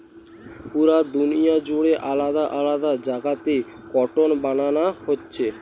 পুরা দুনিয়া জুড়ে আলাদা আলাদা জাগাতে কটন বানানা হচ্ছে